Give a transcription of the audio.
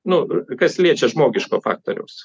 nu kas liečia žmogiško faktoriaus